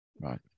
Right